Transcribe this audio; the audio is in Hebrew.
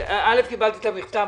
א', קיבלתי את המכתב.